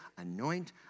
anoint